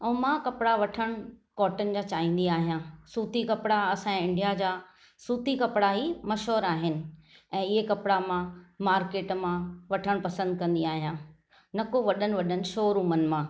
ऐं मां कपिड़ा वठणु कॉटन जा चाहींदा आहियां सूती कपिड़ा असांजे इंडिया जा सूती कपिड़ा ई मशहूरु आहिनि ऐं ईअं कपिड़ा मां मार्केट मां वठणु पसंदि कंदी आहियां न को वॾनि वॾनि शोरूमनि मां